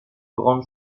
grande